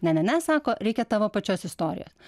ne ne ne sako reikia tavo pačios istorijos